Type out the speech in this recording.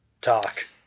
talk